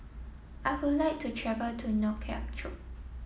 I would like to travel to Nouakchott